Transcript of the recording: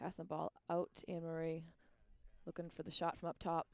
pass the ball out in a hurry looking for the shot from up top